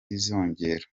iziyongera